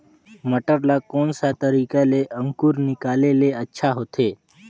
मटर ला कोन सा तरीका ले अंकुर निकाले ले अच्छा होथे?